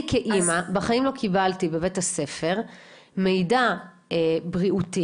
אני כאמא בחיים לא קיבלתי בבית הספר מידע בריאותי